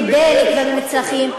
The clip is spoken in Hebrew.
בדלק ובמצרכים,